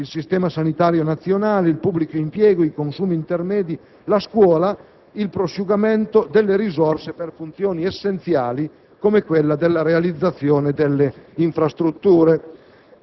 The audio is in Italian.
il Sistema sanitario nazionale, il pubblico impiego, i consumi intermedi, la scuola, il prosciugamento delle risorse per funzioni essenziali, come quella della realizzazione delle infrastrutture.